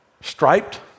Striped